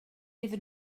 iddyn